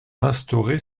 instauré